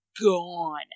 gone